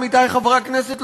עמיתי חברי הכנסת,